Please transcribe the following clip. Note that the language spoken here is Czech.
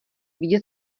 vidět